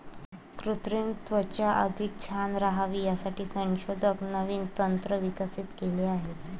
कृत्रिम त्वचा अधिक छान राहावी यासाठी संशोधक नवीन तंत्र विकसित केले आहे